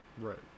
Right